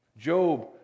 Job